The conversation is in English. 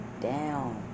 down